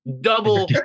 double